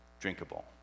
drinkable